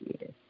yes